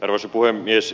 arvoisa puhemies